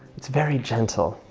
it's very gentle.